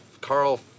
Carl